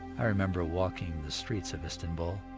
i remember walking the streets of istanbul.